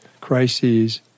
crises